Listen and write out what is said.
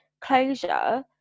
closure